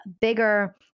bigger